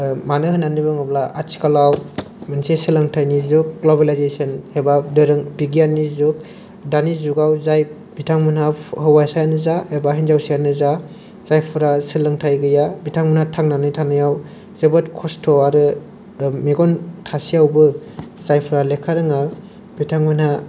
ओ मानो होननानै बुङोब्ला आथिखालाव मोनसे सोलोंथाइनि जुग ग्लबेलायजोसन एबा दोरों बिगियाननि जुग दानि जुगाव जाय बिथांमोना हौवासायानो जा एबा हिनजावसायानो जा जायफोरा सोलोंथाइ गैया बिथांमोना थांनानै थानायाव जोबोद खस्थ' आरो मेगन थासेयावबो जायफोरा लेखा रोङा बिथांमोना